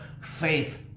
Faith